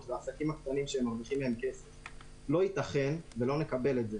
לא ייתכן ולא נקבל את זה